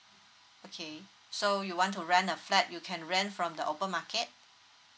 okay so you want to rent a flat you can rent from the open market